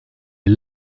est